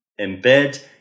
embed